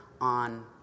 on